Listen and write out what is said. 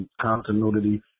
continuity